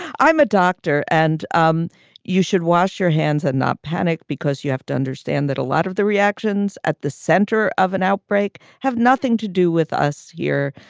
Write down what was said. i'm a doctor. and um you should wash your hands and not panic, because you have to understand that a lot of the reactions at the center of an outbreak have nothing to do with us here.